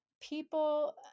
people